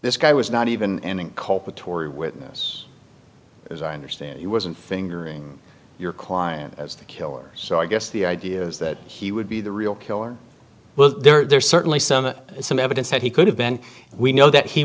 this guy was not even cope with tory witness as i understand he wasn't fingering your client as the killer so i guess the idea is that he would be the real killer well there's certainly some some evidence that he could have been we know that he